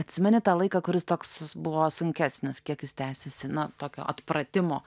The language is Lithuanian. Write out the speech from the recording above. atsimeni tą laiką kuris toks buvo sunkesnis kiek jis tęsiasi nuo tokio atpratimo